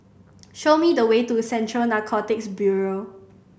show me the way to Central Narcotics Bureau